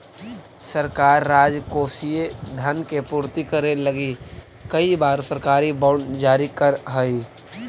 सरकार राजकोषीय धन के पूर्ति करे लगी कई बार सरकारी बॉन्ड जारी करऽ हई